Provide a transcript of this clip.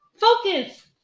Focus